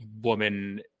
woman